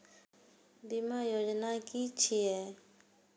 बीमा योजना कि छिऐ?